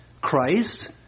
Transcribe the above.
Christ